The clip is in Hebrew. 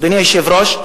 אדוני היושב-ראש,